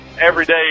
everyday